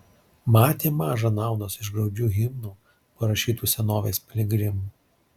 matė maža naudos iš graudžių himnų parašytų senovės piligrimų